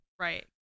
right